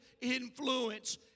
influence